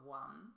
one